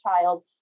child